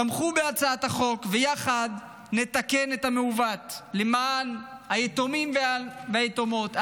תמכו בהצעת החוק ויחד נתקן את המעוות למען היתומים והיתומות,